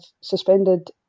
suspended